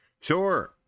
Sure